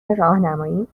راهنماییم